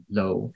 low